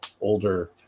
older